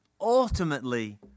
ultimately